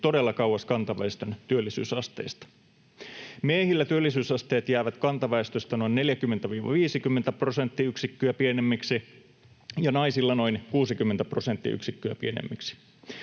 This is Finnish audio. todella kauas kantaväestön työllisyysasteesta. Miehillä työllisyysasteet jäävät kantaväestöstä noin 40—50 prosenttiyksikköä pienemmiksi ja naisilla noin 60 prosenttiyksikköä pienemmiksi.